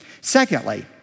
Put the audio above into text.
Secondly